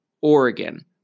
Oregon